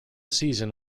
season